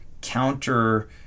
counter